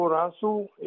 Rasu